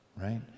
right